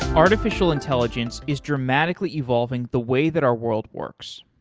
artificial intelligence is dramatically evolving the way that our world works,